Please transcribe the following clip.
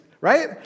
right